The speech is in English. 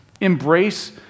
embrace